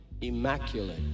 immaculate